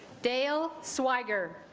deyo swagger.